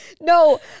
No